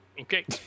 Okay